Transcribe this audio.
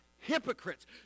hypocrites